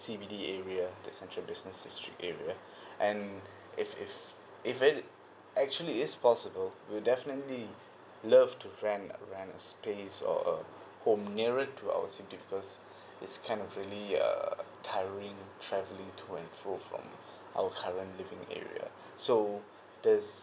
C_B_D area the central business district area and if if if I'd actually is possible we'll definitely love to rent like rent a space or a home nearer to our city because it's kind of really uh tiring travelling to and fro from our current living area so this